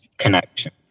connection